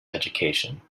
education